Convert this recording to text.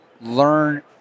Learn